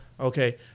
Okay